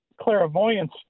clairvoyance